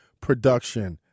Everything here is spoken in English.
production